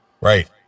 right